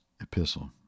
epistle